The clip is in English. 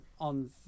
on